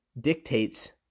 dictates